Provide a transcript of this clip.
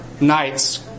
nights